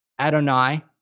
Adonai